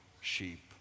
sheep